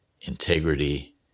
integrity